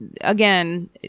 again